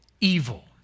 evil